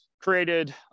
created